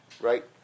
Right